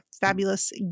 fabulous